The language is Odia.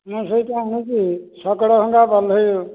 ମୁଁ ସେହିଠୁ ଆଣୁଛି ଶକଡ଼ଟା ବନ୍ଧେଇ